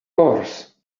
course